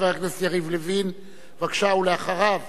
חבר הכנסת יריב לוין, בבקשה, ואחריו,